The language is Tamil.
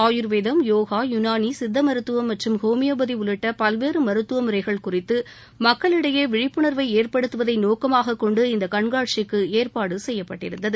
ஆயுர்வேதம் யோகா யுனானி சித்த மருத்துவம் மற்றும் ஹோமியோபதி உள்ளிட்ட பல்வேறு மருத்துவமுறைகள் குறித்து மக்களிடையே விழிப்புணா்வை ஏற்படுத்துவதை நோக்கமாக கொண்டு இந்த கண்காட்சிக்கு ஏற்பாடு செய்யப்பட்டிருந்தது